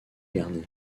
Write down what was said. garnis